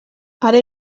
are